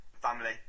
family